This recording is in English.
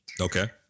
Okay